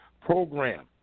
program